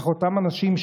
איך אותם אנשים,